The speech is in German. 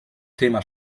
thema